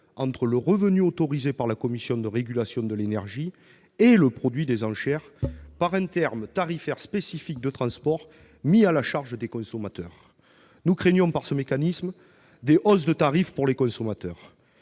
entre le revenu autorisé par la Commission de régulation de l'énergie, la CRE, et le produit des enchères par un terme tarifaire spécifique de transport mis à la charge des consommateurs. Nous craignons, avec ce mécanisme, des hausses de tarifs pour les consommateurs.